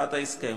כי הסכום